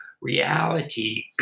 reality